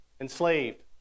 Enslaved